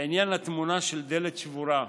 לעניין התמונה של דלת שבורה,